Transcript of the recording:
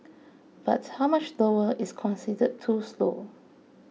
but how much slower is considered too slow